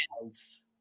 hands